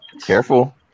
Careful